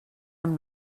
amb